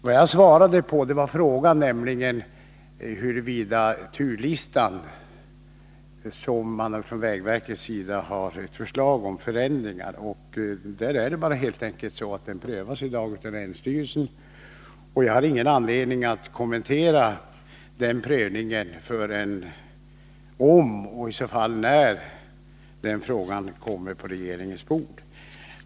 Vad jag svarade på var en fråga gällande vägverkets förslag till ändring av turlistan. Det är helt enkelt så att förslaget prövas av länsstyrelsen, och jag har ingen anledning att kommentera den prövningen förrän om och när den frågan kommer på regeringens bord.